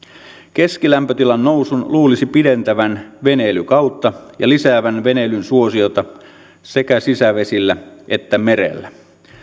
keskilämpötilan nousun luulisi pidentävän veneilykautta ja lisäävän veneilyn suosiota sekä sisävesillä että merellä